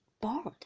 bored